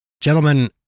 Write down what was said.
Gentlemen